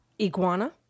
iguana